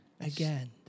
again